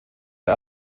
der